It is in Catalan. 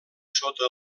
sota